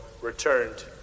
returned